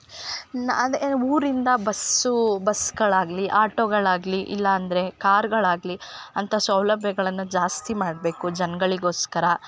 ನಾ ಅದೆ ಊರಿಂದ ಬಸ್ಸು ಬಸ್ಗಳಾಗಲಿ ಆಟೋಗಳಾಗಲಿ ಇಲ್ಲ ಅಂದರೆ ಕಾರ್ಗಳಾಗಲಿ ಅಂತ ಸೌಲಭ್ಯಗಳನ್ನ ಜಾಸ್ತಿ ಮಾಡಬೇಕು ಜನಗಳಿಗೋಸ್ಕರ